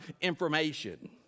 information